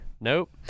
Nope